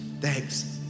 thanks